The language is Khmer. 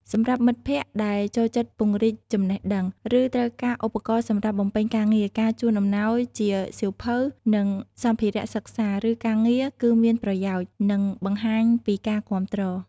សម្រាប់មិត្តភក្តិដែលចូលចិត្តពង្រីកចំណេះដឹង ឬត្រូវការឧបករណ៍សម្រាប់បំពេញការងារ ការជូនអំណោយជា សៀវភៅ និងសម្ភារៈសិក្សា ឬការងារ គឺមានប្រយោជន៍ និងបង្ហាញពីការគាំទ្រ។